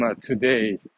today